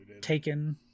taken